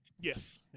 Yes